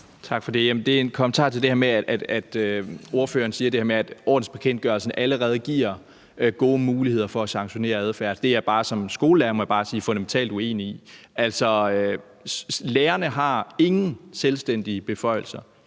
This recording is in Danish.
Tak for det. Det er en kommentar til det, ordføreren siger, om, at ordensbekendtgørelsen allerede giver gode muligheder for at sanktionere adfærd. Som skolelærer må jeg bare sige, at det er jeg fundamentalt uenig i. Lærerne har ingen selvstændige beføjelser